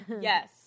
Yes